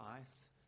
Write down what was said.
ice